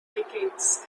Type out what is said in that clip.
decades